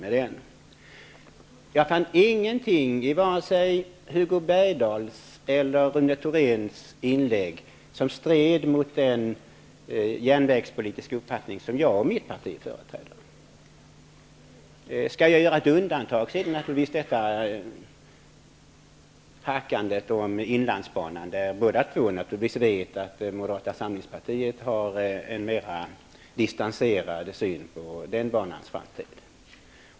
Det var inget i vare sig Hugo Bergdahls eller Rune Thoréns inlägg som stred mot den järnvägspolitiska uppfattning som jag och mitt parti företräder. Jag kan göra ett undantag för hackandet om inlandsbanan. Båda vet att Moderata samlingspartiet har en mer distanserad syn på inlandsbanans framtid.